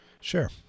Sure